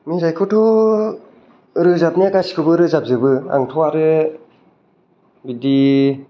मेथाइखौथ' रोजाबनाया गासिखौबो रोजाब जोबो आंथ' आरो बिदि